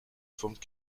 forment